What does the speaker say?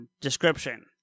description